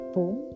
Boom